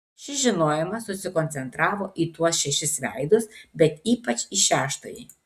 šis žinojimas susikoncentravo į tuos šešis veidus bet ypač į šeštąjį